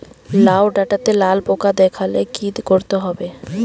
লাউ ডাটাতে লাল পোকা দেখালে কি করতে হবে?